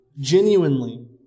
genuinely